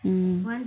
mm